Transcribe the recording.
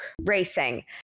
racing